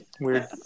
Weird